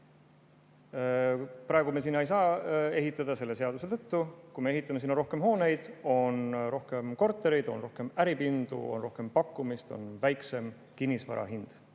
Praegu me sinna ehitada ei saa selle seaduse tõttu. Kui me ehitame sinna rohkem hooneid, on rohkem kortereid, on rohkem äripindu, on rohkem pakkumist, on väiksem kinnisvara hind,